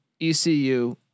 ECU